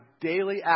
daily